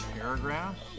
paragraphs